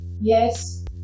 Yes